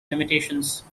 limitations